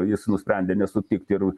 jis nusprendė nesutikti ir